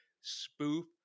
spoof